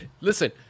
listen